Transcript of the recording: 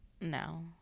No